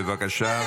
בבקשה,